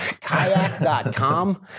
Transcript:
Kayak.com